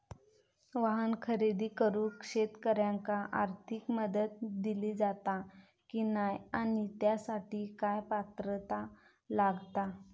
वाहन खरेदी करूक शेतकऱ्यांका आर्थिक मदत दिली जाता की नाय आणि त्यासाठी काय पात्रता लागता?